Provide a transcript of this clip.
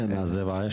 רמלה.